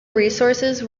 resources